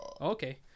Okay